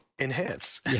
Enhance